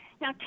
Now